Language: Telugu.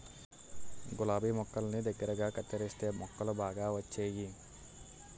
గులాబి మొక్కల్ని దగ్గరగా కత్తెరిస్తే మొగ్గలు బాగా వచ్చేయి